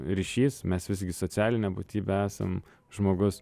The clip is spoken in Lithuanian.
ryšys mes visgi socialinė būtybė esam žmogus